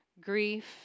grief